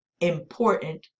important